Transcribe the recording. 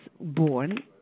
born